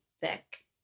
thick